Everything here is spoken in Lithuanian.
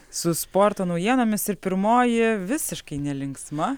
su sporto naujienomis ir pirmoji visiškai nelinksma